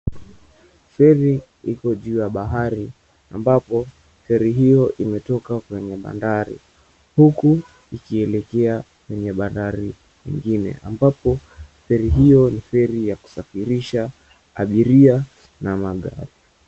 Feri iko juu ya bahari, ambapo feri hiyo imetoka kwenye bandari huku ikielekea kwenye bandari ingine. Ambapo feri hiyo ni feri ya kusafirisha abiria na magari.